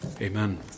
Amen